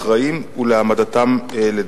תודה רבה לחבר הכנסת מגלי והבה.